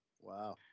Wow